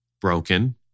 broken